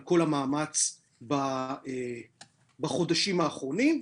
על כל המאמץ בחודשים האחרונים.